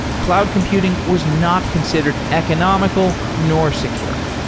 cloud computing was not considered economical, nor secure.